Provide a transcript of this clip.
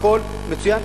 הכול מצוין,